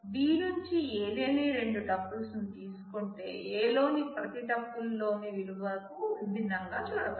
B నుంచి ఏదేని రెండు టపుల్స్ ను తీసుకుంటే A లోని ప్రతి టపుల్లోని విలువకు విభిన్నంగా చూడవచ్చు